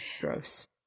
Gross